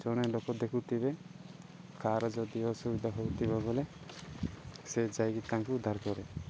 ଜଣେ ଲୋକ ଦେଖୁଥିବେ କାହାର ଯଦି ଅସୁବିଧା ହଉଥିବ ବୋଲେ ସେ ଯାଇକି ତାଙ୍କୁ ଉଦ୍ଧାର କରେ